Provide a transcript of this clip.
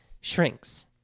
shrinks